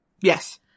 Yes